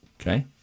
Okay